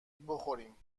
بخوریم